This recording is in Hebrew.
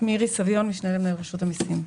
בבקשה.